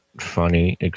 funny